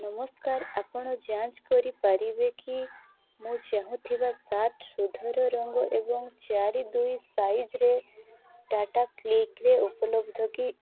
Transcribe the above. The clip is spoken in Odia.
ନମସ୍କାର ଆପଣ ଯାଞ୍ଚ କରିପାରିବେ କି ମୁଁ ଚାହୁଁଥିବା ସାର୍ଟ ସୂଧର ରଙ୍ଗ ଏବଂ ଚାରି ଦୁଇ ସାଇଜ୍ରେ ଟାଟା କ୍ଲିକ୍ରେ ଉପଲବ୍ଧ କି